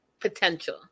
potential